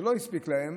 שלא הספיק להם